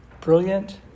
Brilliant